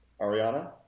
Ariana